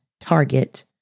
target